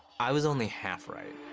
i was only half right.